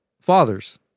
fathers